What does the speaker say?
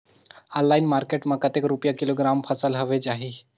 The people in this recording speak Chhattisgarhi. ऑनलाइन मार्केट मां कतेक रुपिया किलोग्राम फसल हवे जाही?